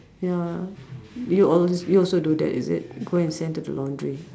ya you als~ you also do that is it go and send to the laundry